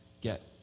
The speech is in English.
get